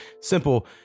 simple